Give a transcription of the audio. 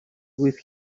with